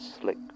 slick